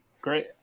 Great